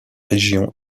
région